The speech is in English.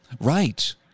Right